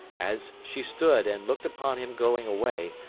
as she stood, and looked upon him going away,